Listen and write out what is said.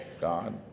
God